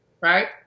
Right